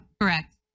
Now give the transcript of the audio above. Correct